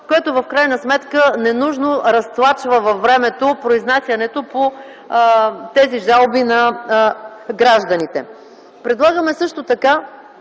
което ненужно разтлачва във времето произнасянето по тези жалби на гражданите. Предлагаме също така